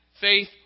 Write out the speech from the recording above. Faith